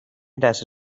دست